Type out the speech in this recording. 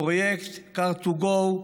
פרויקט Car2go.